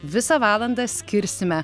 visą valandą skirsime